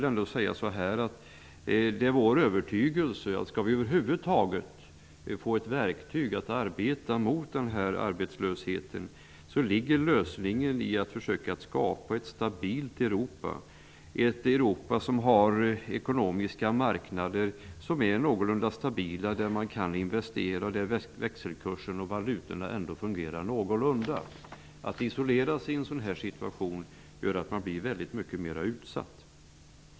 Ändå är det vår övertygelse att, för att vi över huvud taget skall få ett verktyg i arbetet mot den här arbetslösheten, lösningen ligger i att försöka skapa ett stabilt Europa -- ett Europa som har ekonomiska marknader som är någorlunda stabila och där man kan investera och där växelkurser och valutor ändå fungerar någorlunda. Om man i en sådan här situation isolerar sig blir man väldigt mycket mera utsatt.